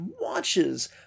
watches